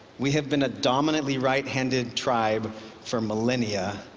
we have been a dominantly right-handed tribe for millenia,